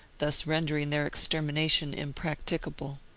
thus rendering their extermination im practicable.